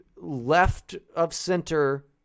left-of-center